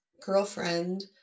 girlfriend